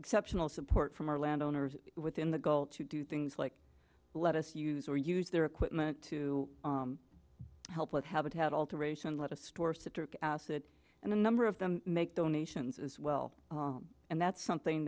exceptional support from our landowners within the goal to do things like let us use or use their equipment to help with habitat alteration let a store citric acid and a number of them make donations as well and that's something